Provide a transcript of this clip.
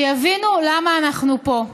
שיבינו למה אנחנו פה.